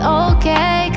okay